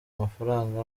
amafaranga